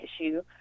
issue